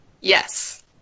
Yes